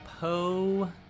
Poe